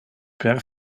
per